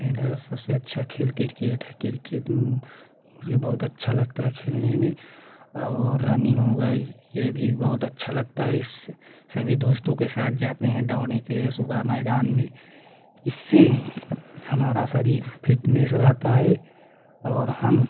मेरा सबसे अच्छा खेल क्रिकेट है बहुत अच्छा लगता है खेलने में और रनिंग हो गया यह भी बहुत अच्छा लगता है इस सभी दोस्तों के साथ जाते हैं दौड़ने के लिए सुबह मैदान में इसी हमारा शरीर फिटनेश रहता है और हम